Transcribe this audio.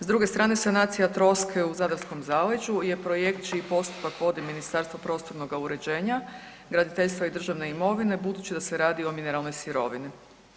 S druge strane sanacija troske u zadarskom zaleđu je projekt čiji postupak vodi Ministarstvo prostornoga uređenja, graditeljstva i državne imovine budući da se radi o mineralnoj sirovini.